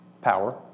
power